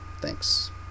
Thanks